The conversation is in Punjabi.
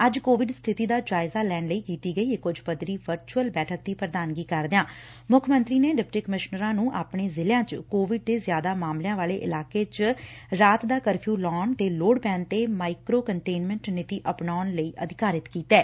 ਅੱਜ ਕੋਵਿਡ ਸਬਿਤੀ ਦਾ ਜਾਇਜਾ ਲੈਣ ਲਈ ਕੀਤੀ ਗਈ ਇਕ ਉੱਚ ਪੱਧਰੀ ਵਰਚੁਅਲ ਬੈਠਕ ਦੀ ਪ੍ਰਧਾਨਗੀ ਕਰਦਿਆ ਮੁੱਖ ਮੰਤਰੀ ਨੇ ਡਿਪਟੀ ਕਮਿਸ਼ਨਰਾਂ ਨੂੰ ਆਪਣੇ ਜ਼ਿਲ੍ਹਿਆਂ ਚ ਕੋਵਿਡ ਦੇ ਜ਼ਿਆਦਾ ਮਾਮਲਿਆਂ ਵਾਲੇ ਇਲਾਕੇ ਚ ਰਾਤ ਦਾ ਕਰਫਿਊ ਲਾਉਣ ਤੇ ਲੋੜ ਪੈਣ ਤੇ ਮਾਈਕਰੋ ਕੰਟੇਨਮੈਂਟ ਨੀਤੀ ਅਪਣਾਉਣ ਲਈ ਅਧਿਕਾਰਤ ਕੀਤੈ